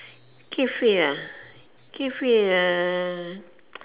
keep fit ah keep fit uh